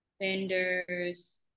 vendors